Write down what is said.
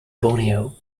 borneo